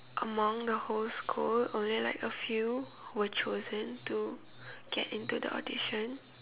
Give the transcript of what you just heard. among the whole school only like a few were chosen to get into the audition